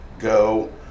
go